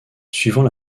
suivant